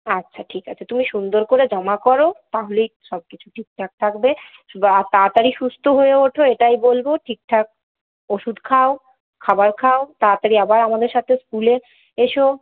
আচ্ছা ঠিক আছে তুমি সুন্দর করে জমা করো তাহলেই সবকিছু ঠিকঠাক থাকবে শুধু তাড়াতাড়ি সুস্থ হয়ে ওঠো এটাই বলবো ঠিকঠাক ওষুধ খাও খাবার খাও তাড়াতাড়ি আবার আমাদের সাথে স্কুলে এসো